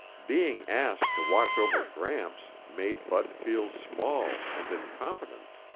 being asked to watch over gramps made bud feel small and incompetent.